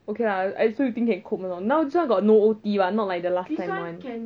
okay lah so you think can cope or not now this one got no O_T [what] not like the last time [one]